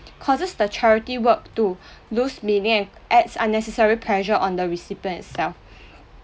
causes the charity work to lose meaning and add unnecessary pressure on the recipient itself